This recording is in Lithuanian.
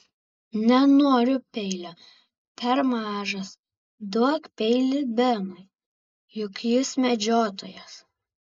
nenoriu peilio per mažas duok peilį benui juk jis medžiotojas